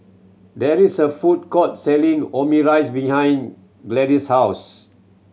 there is a food court selling Omurice behind Gladyce's house